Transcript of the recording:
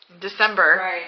December